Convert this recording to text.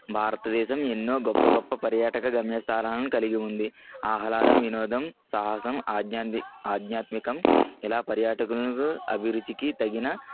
భారతదేశం ఎన్నో గొప్ప గొప్ప పర్యాటక గమ్య స్థానాలను కలిగి ఉంది ఆహ్లాదం వినోదం సాహసం అజ్ఞా ఆధ్యాత్మికం ఇలా పర్యాటకులను అభిరుచికి తగిన